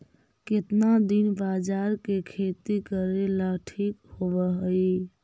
केतना दिन बाजरा के खेती करेला ठिक होवहइ?